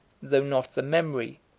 though not the memory,